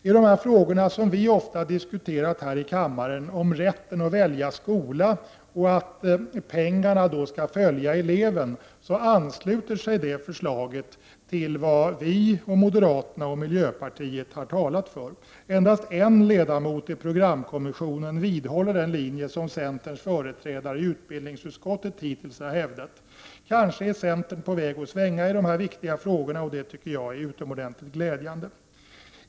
I de frågor vi ofta har diskuterat här i kammaren om rätten att välja skola och att pengarna då skall följa eleven ansluter sig centerns förslag till det som vi i folkpartiet samt moderaterna och miljöpartiet har talat för. Endast en ledamot i programkommissionen vidhåller den linje som centerns företrädare i utbildningsutskottet hittills har hävdat. Kanske är centern på väg att svänga i dessa viktiga frågor, och det tycker jag är utomordentligt glädjande.